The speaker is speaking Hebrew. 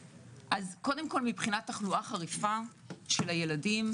מבחינת תחלואה חריפה של הילדים,